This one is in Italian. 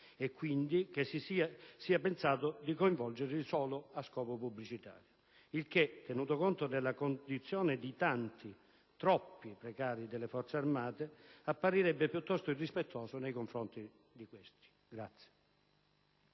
e quindi che si sia pensato di coinvolgerli solo a scopo pubblicitario, il che, tenuto conto della condizione dei tanti, troppi precari delle Forze amate, apparirebbe del tutto irrispettoso nei loro confronti.